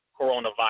coronavirus